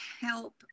help